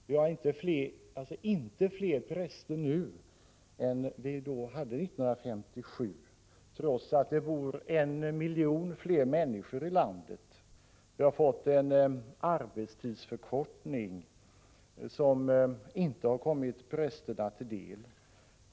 Det finns inte fler präster nu än 1957, trots att det bor 1 miljon fler människor i landet. Det har införts en arbetstidsförkortning, som inte har kommit prästerna till del.